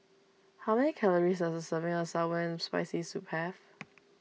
how many calories does serving of Sour and Spicy Soup have